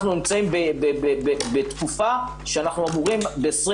אנחנו נמצאים בתקופה שאנחנו אמורים ב-20,